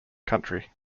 country